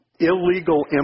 Illegal